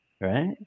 right